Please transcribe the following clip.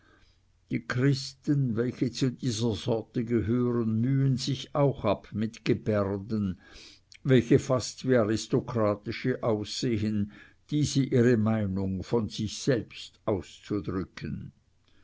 die christen welche zu dieser sorte gehören mühen sich auch ab mit gebärden welche fast wie aristokratische aussehen diese ihre meinung von sich selbst auszudrücken